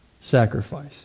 sacrifice